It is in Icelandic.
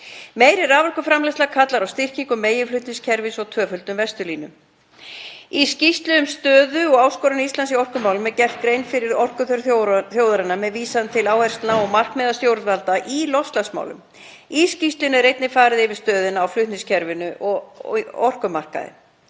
Meiri raforkuframleiðsla kallar á styrkingu meginflutningskerfis og tvöföldun vesturlínu. Í skýrslu um stöðu og áskoranir Íslands í orkumálum er gerð grein fyrir orkuþörf þjóðarinnar með vísan til áherslna og markmiða stjórnvalda í loftslagsmálum. Í skýrslunni er einnig farið yfir stöðuna á flutningskerfinu og orkumarkaðinn.